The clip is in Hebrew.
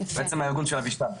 בעצם הארגון של אבישי.